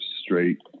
straight